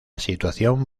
situación